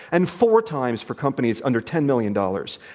and four times for companies under ten million dollars.